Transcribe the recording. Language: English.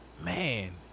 man